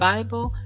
Bible